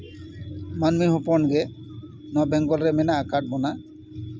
ᱢᱟᱹᱱᱢᱤ ᱦᱚᱯᱚᱱ ᱜᱮ ᱱᱚᱣᱟ ᱵᱮᱝᱰᱜᱚᱞ ᱨᱮ ᱢᱮᱱᱟᱜ ᱠᱟᱜ ᱵᱚᱱᱟ